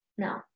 No